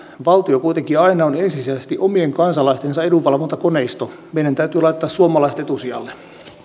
valtio kuitenkin aina on ensisijaisesti omien kansalaistensa edunvalvontakoneisto meidän täytyy laittaa suomalaiset etusijalle